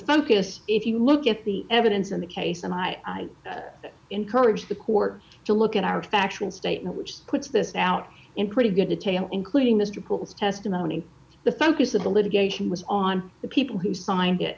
focus if you look at the evidence in the case and i encourage the court to look at our factual statement which puts this out in pretty good detail including mr poole's testimony the focus of the litigation was on the people who signed it